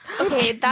okay